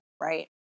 right